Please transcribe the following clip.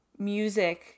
music